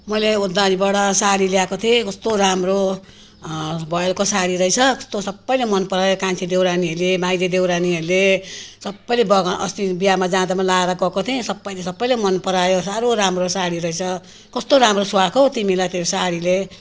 मैले ओत्लाबारीबाट साडी ल्याएको थिएँ कस्तो राम्रो भ्वएलको साडी रहेछ कस्तो सबैले मन परायो कान्छी देउरानीहरूले माइली देउरानीहरूले सबैले बगा अस्ती बिहामा जाँदा पनि लाएर गएको थिएँ सबैले सबैले मन परायो साह्रो राम्रो साडी रहेछ कस्तो राम्रो सुहाएको तिमीलाई त्यो साडीले